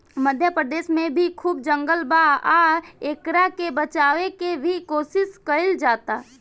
मध्य प्रदेश में भी खूब जंगल बा आ एकरा के बचावे के भी कोशिश कईल जाता